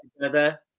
together